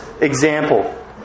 example